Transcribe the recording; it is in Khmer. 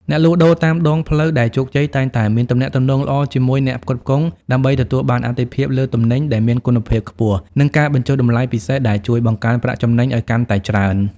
អ្នកលក់ដូរតាមដងផ្លូវដែលជោគជ័យ តែងតែមានទំនាក់ទំនងល្អជាមួយអ្នកផ្គត់ផ្គង់ដើម្បីទទួលបានអាទិភាពលើទំនិញដែលមានគុណភាពខ្ពស់ និងការបញ្ចុះតម្លៃពិសេសដែលជួយបង្កើនប្រាក់ចំណេញឱ្យកាន់តែច្រើន។